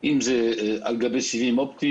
על גבי או על גבי סיבים אופטיים,